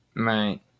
Right